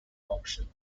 auction